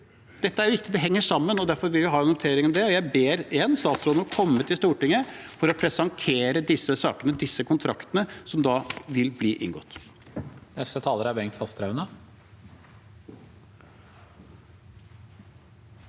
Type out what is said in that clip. Dette er viktig, det henger sammen, og derfor vil vi ha en orientering om det. Jeg ber statsråden om å komme til Stortinget for å presentere en sak om de kontraktene som vil bli inngått.